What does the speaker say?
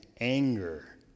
anger